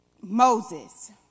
Moses